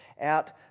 out